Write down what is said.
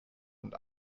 und